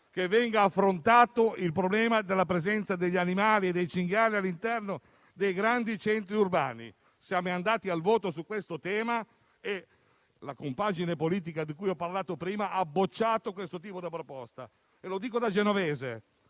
che venga affrontato anche il problema della presenza degli animali e dei cinghiali all'interno dei grandi centri urbani. Siamo andati al voto su questo tema e la compagine politica di cui ho parlato prima ha bocciato questa proposta. Lo dico da genovese,